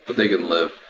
they can live,